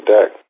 Deck